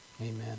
Amen